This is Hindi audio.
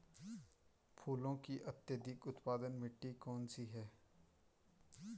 फूलों की अत्यधिक उत्पादन मिट्टी कौन सी है?